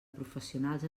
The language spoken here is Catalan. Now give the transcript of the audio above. professionals